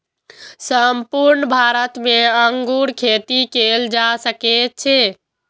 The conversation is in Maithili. संपूर्ण भारत मे अंगूर खेती कैल जा सकै छै